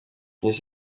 miss